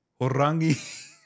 Horangi